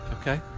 okay